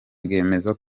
bwemeza